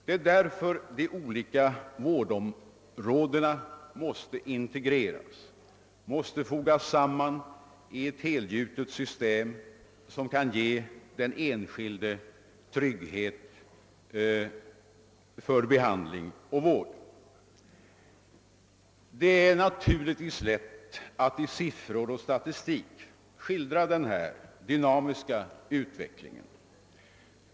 Det är därför de olika vårdområdena måste integreras, måste fogas samman i ett helgjutet system som kan ge den Det är naturligtvis lätt att med siffror och statistik skildra denna dynamiska utveckling.